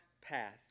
path